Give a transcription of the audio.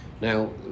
Now